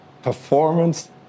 performance